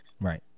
Right